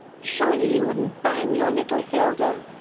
surely you wouldn't bang your little hilda?